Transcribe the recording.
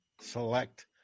select